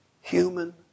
human